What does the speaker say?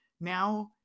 Now